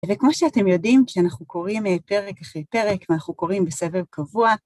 וכמו שאתם יודעים, כשאנחנו קוראים פרק אחרי פרק ואנחנו קוראים בסבב קבוע,